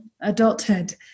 adulthood